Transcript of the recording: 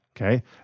Okay